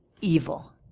evil